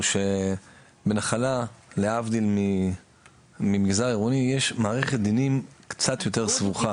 הוא שבנחלה להבדיל ממגזר עירוני יש מערכת דינים קצת יותר סבוכה.